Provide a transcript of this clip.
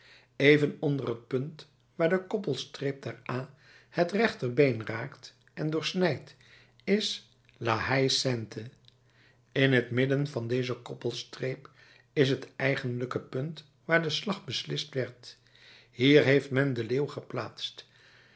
even onder het punt waar de koppelstreep der a het rechterbeen raakt en doorsnijdt is la haie sainte in t midden van deze koppelstreep is het eigenlijke punt waar de slag beslist werd hier heeft men den leeuw geplaatst